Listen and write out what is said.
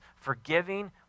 forgiving